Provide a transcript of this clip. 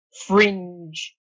fringe